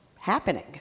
happening